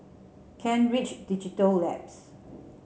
Kent Ridge Digital Labs